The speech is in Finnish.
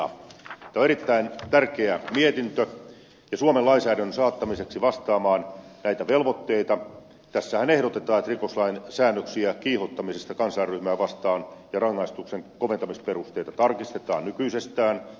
tämä on erittäin tärkeä mietintö ja suomen lainsäädännön saattamiseksi vastaamaan näitä velvoitteita tässähän ehdotetaan että rikoslain säännöksiä kiihottamisesta kansanryhmää vastaan ja rangaistuksen koventamisperusteita tarkistetaan nykyisestään